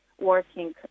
working